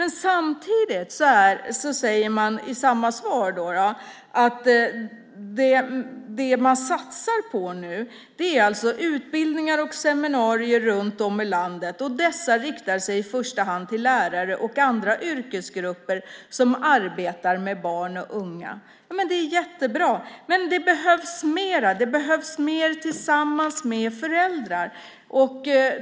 I samma svar sägs att det man satsar på nu är utbildningar och seminarier runt om i landet, och dessa riktar sig i första hand till lärare och andra yrkesgrupper som arbetar med barn och unga. Det är jättebra. Men det behövs mer. Det behövs mer tillsammans med föräldrar.